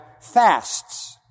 fasts